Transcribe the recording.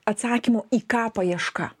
atsakymo į ką paieška